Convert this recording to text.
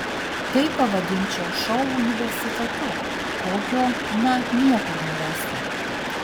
tai pavadinčiau šou universitetu kokio na niekur nerasi